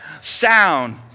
Sound